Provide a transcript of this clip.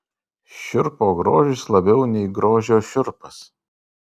šiurpo grožis labiau nei grožio šiurpas